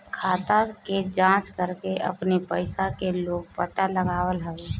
खाता के जाँच करके अपनी पईसा के लोग पता लगावत हवे